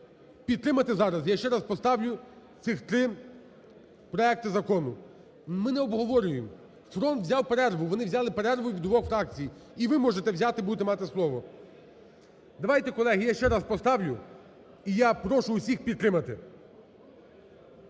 підтримати зараз, я ще раз поставлю цих три проекти закону. Ми не обговорюємо, "Фронт" взяв перерву, вони взяли перерву від двох фракцій і ви можете взяти, будете мати слово. Давайте, колеги, я ще раз поставлю, і я прошу всіх підтримати.